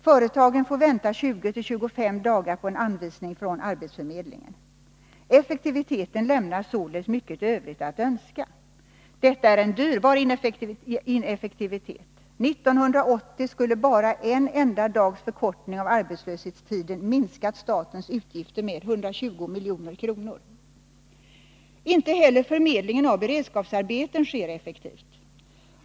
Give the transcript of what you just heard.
Företagen får vänta 20-25 dagar på en anvisning från arbetsförmedlingen. Effektiviteten lämnar således mycket övrigt att önska. Detta är en dyrbar ineffektivitet. 1980 skulle bara en enda dags förkortning av arbetslöshetstiden ha minskat statens utgifter med 120 milj.kr. Inte heller förmedlingen av beredskapsarbeten sker effektivt.